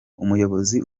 umuyobozi